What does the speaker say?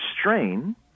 strain